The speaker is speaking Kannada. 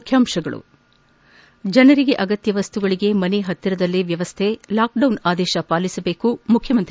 ರಾಜ್ಯದ ಜನರಿಗೆ ಅಗತ್ಯ ವಸ್ತುಗಳಿಗೆ ಮನೆಯ ಸಮೀಪದಲ್ಲೇ ವ್ಯವಸ್ಥೆ ಲಾಕ್ಡೌನ್ ಆದೇಶ ಪಾಲಿಸಬೇಕು ಮುಖ್ಯಮಂತ್ರಿ